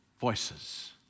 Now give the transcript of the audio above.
voices